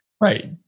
Right